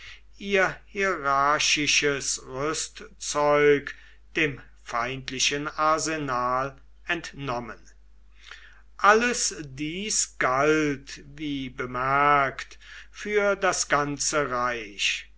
ihr hierarchisches rüstzeug dem feindlichen arsenal entnommen alles dies galt wie bemerkt für das ganze reich